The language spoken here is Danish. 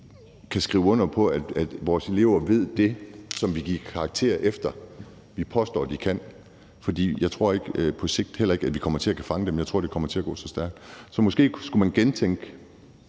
kan skrive under på, at vores elever ved det, som der gives karakterer efter, og som de påstår at de kan. For jeg tror ikke, at vi på sigt kan komme til at fange dem i det – jeg tror, det kommer til at gå så stærkt. Så måske skulle man gentænke